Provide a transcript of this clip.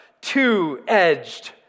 two-edged